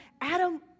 Adam